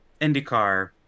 IndyCar